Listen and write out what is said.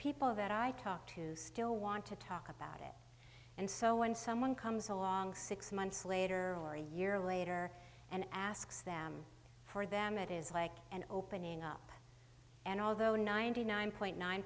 people that i talk to still want to talk about it and so when someone comes along six months later or a year later and asks them for them it is like an opening up and although ninety nine point nine